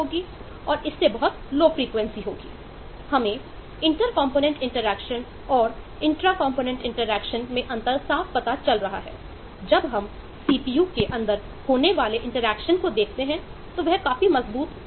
हमें inter component interaction का भी ध्यान रखना होगा